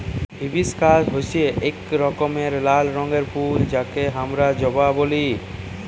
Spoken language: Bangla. হিবিশকাস হচ্যে এক রকমের লাল রঙের ফুল যাকে হামরা জবা ব্যলি